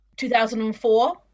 2004